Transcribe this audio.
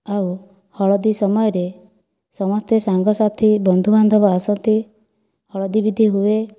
ଆଉ ହଳଦୀ ସମୟରେ ସମସ୍ତେ ସାଙ୍ଗସାଥି ବନ୍ଧୁବାନ୍ଧବ ଆସନ୍ତି ହଳଦୀ ବିଧି ହୁଏ